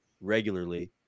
regularly